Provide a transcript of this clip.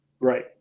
right